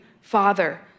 Father